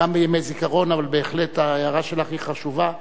גם בימי זיכרון, אבל בהחלט ההערה שלך היא חשובה.